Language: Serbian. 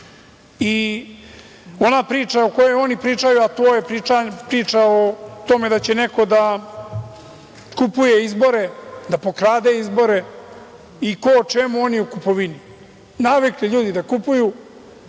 priča o kojoj oni pričaju, a to je priča o tome da će neko da kupuje izbore, da pokrade izbore i ko o čemu, oni o kupovini. Navikli ljudi da kupuju,